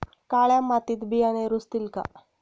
काळ्या मातीत बियाणे रुजतील का?